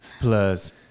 plus